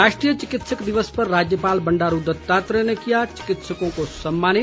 राष्ट्रीय चिकित्सक दिवस पर राज्यपाल बंडारू दत्तात्रेय ने किया चिकित्सकों को सम्मानित